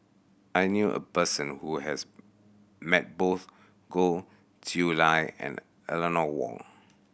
I knew a person who has met both Goh Chiew Lye and Eleanor Wong